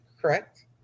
Correct